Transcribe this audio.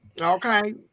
Okay